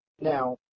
Now